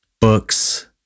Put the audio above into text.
books